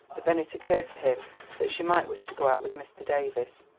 but then it occurred to him that she might wish to go out with mr. davies,